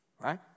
Right